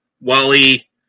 Wally